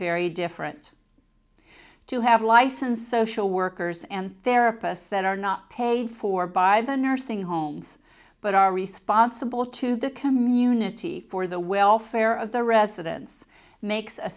very different to have license social workers and therapist that are not paid for by the nursing homes but are responsible to the community for the welfare of the residents makes a